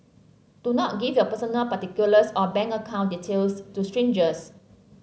do not give your personal particulars or bank account details to strangers